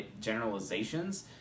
generalizations